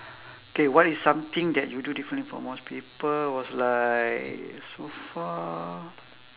K what is something that you do differently from people was like so far